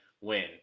win